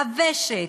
הוושט,